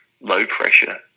low-pressure